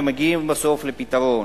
ומגיעים בסוף לפתרון.